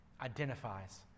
identifies